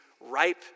ripe